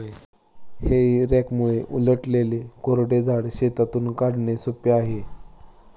हेई रॅकमुळे उलटलेले कोरडे झाड शेतातून काढणे सोपे आहे